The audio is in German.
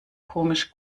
komisch